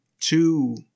Two